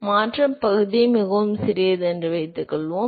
எனவே மாற்றம் பகுதி மிகவும் சிறியது என்று வைத்துக்கொள்வோம்